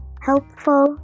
helpful